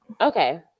Okay